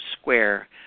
square